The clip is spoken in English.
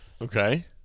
Okay